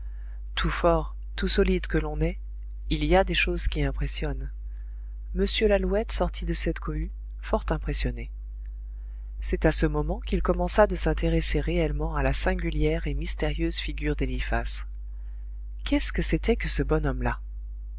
tout fort tout solide que l'on est il y a des choses qui impressionnent m lalouette sortit de cette cohue fort impressionné c'est à ce moment qu'il commença de s'intéresser réellement à la singulière et mystérieuse figure d'eliphas qu'est-ce que c'était que ce bonhomme-là